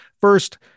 First